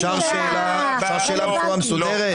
--- אפשר שאלה בצורה מסודרת?